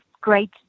great